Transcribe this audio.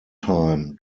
time